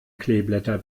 kleeblätter